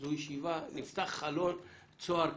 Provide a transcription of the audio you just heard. גם, שנפתח צוהר קטן,